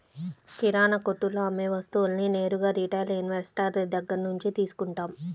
కిరణాకొట్టులో అమ్మే వస్తువులన్నీ నేరుగా రిటైల్ ఇన్వెస్టర్ దగ్గర్నుంచే తీసుకుంటాం